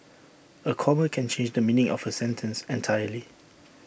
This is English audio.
A comma can change the meaning of A sentence entirely